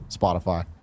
Spotify